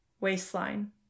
waistline